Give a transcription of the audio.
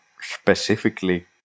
specifically